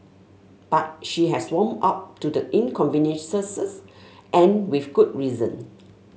but she has warmed up to the inconveniences and with good reason